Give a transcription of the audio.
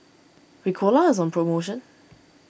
Ricola is on promotion